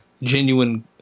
genuine